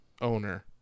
Owner